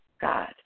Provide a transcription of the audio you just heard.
god